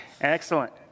Excellent